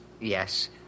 Yes